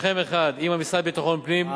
שכם אחד עם המשרד לביטחון פנים,